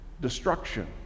destruction